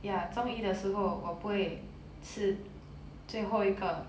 ya 中一的时候我不会是最后一个